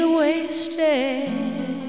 wasted